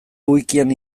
wikian